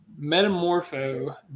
Metamorpho